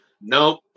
nope